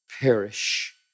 perish